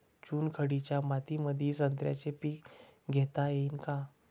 चुनखडीच्या मातीमंदी संत्र्याचे पीक घेता येईन का?